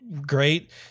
great